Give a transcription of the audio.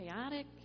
chaotic